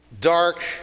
Dark